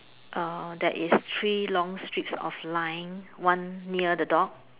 err that is three long streaks of line one near the dog